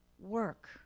work